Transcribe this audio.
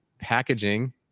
packaging